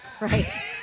Right